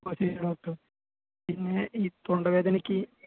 ഓ ശരി ഡോക്ടർ പിന്നെ ഈ തൊണ്ട വേദനയ്ക്ക്